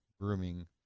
grooming